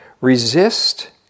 Resist